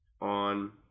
on